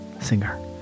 singer